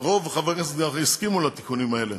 ורוב חברי הכנסת הסכימו לתיקונים האלה